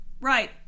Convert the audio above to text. right